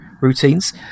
routines